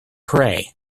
prey